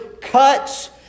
cuts